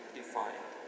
defined